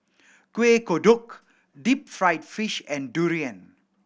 Kueh Kodok deep fried fish and durian